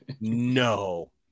no